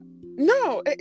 no